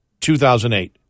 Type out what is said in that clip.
2008